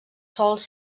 sòls